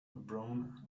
brown